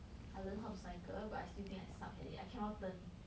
I learnt how to cycle but I still think I suck at it I cannot turn